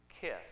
kiss